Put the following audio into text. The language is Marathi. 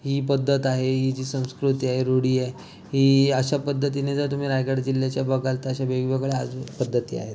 ही पद्धत आहे ही जी संस्कृती आहे रूढी आहे ही अशा पद्धतीने जर तुम्ही रायगड जिल्ह्याचे बघाल तसे वेगवेगळ्या अजून पद्धती आहेत